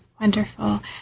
Wonderful